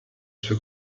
sue